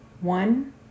One